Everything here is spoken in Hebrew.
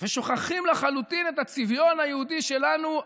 ושוכחים לחלוטין את הצביון היהודי שלנו,